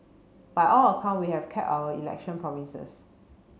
by all account we have kept our election promises